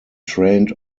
trained